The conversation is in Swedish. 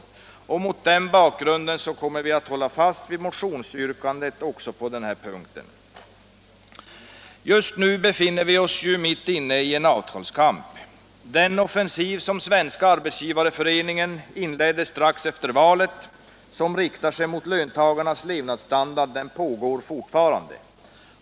Mot den bakgrunden kommer vi att hålla fast vid motionsyrkandet också på denna punkt. Just nu befinner vi oss mitt inne i en avtalskamp. Den offensiv som Svenska arbetsgivareföreningen inledde strax efter valet och som riktar sig mot löntagarnas levnadsstandard pågår fortfarande.